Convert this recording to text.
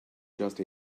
just